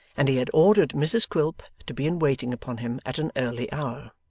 and he had ordered mrs quilp to be in waiting upon him at an early hour.